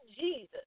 Jesus